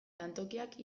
lantokiak